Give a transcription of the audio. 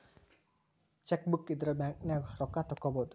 chequebook ಇದ್ರ ಬ್ಯಾಂಕ್ನ್ಯಾಗ ರೊಕ್ಕಾ ತೊಕ್ಕೋಬಹುದು